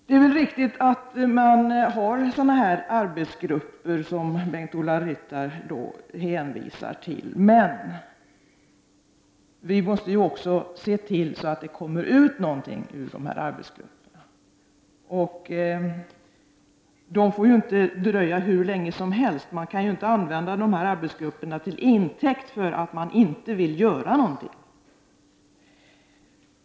Det är väl riktigt att ha sådana arbetsgrupper som Bengt-Ola Ryttar hänvisar till, men vi måste också se till att det kommer ut någonting ur de här arbetsgrupperna. Det får inte dröja hur länge som helst. Man kan ju inte ta arbetsgrupperna till intäkt för att inte vilja göra någonting.